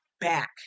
back